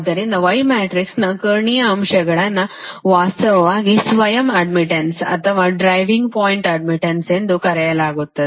ಆದ್ದರಿಂದ y ಮ್ಯಾಟ್ರಿಕ್ಸ್ನ ಕರ್ಣೀಯ ಅಂಶಗಳನ್ನು ವಾಸ್ತವವಾಗಿ ಸ್ವಯಂ ಅಡ್ಡ್ಮಿಟ್ಟನ್ಸ್ ಅಥವಾ ಡ್ರೈವಿಂಗ್ ಪಾಯಿಂಟ್ ಅಡ್ಡ್ಮಿಟ್ಟನ್ಸ್ ಎಂದು ಕರೆಯಲಾಗುತ್ತದೆ